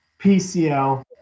PCL